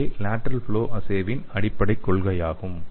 இதுவே lateral flow அஸ்ஸேவின் அடிப்படைக் கொள்கையாகும்